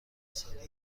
ساده